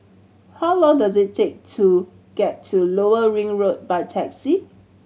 how long does it take to get to Lower Ring Road by taxi